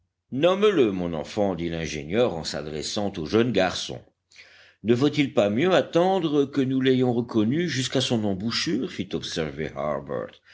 nomme le mon enfant dit l'ingénieur en s'adressant au jeune garçon ne vaut-il pas mieux attendre que nous l'ayons reconnu jusqu'à son embouchure